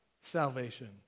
salvation